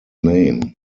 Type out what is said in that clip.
name